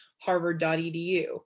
harvard.edu